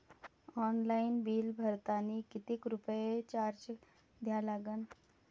Online bill भरतानी कितीक रुपये चार्ज द्या लागन?